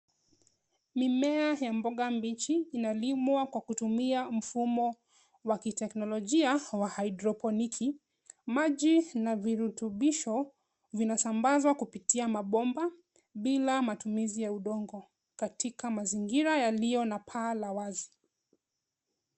Mimea ya mboga mbichi inalimwa kwa kutumia mfumo wa kiteknolojia wa hydroponiki. Maji na virutubisho vinasambazwa kupitia mabomba, bila matumizi ya udongo, katika mazingira ya vioo na paa la wazi.